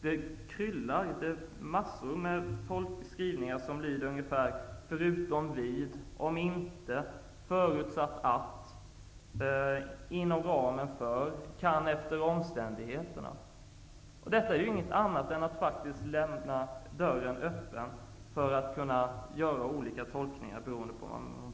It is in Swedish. Det finns mängder av skrivningar, som lyder ungefär som följande: ''förutom vid'', ''om inte'', ''förutsatt att'', ''inom ramen för'' och ''kan efter omständigheterna''. Detta är inget annat än att lämna dörren öppen för att kunna göra olika tolkningar.